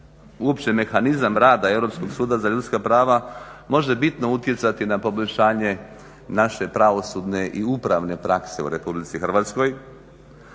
uopće mehanizam rada Europskog suda za ljudska prava može bitno utjecati na poboljšanje naše pravosudne i upravne prakse u Republici Hrvatskoj.